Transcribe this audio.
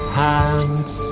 hands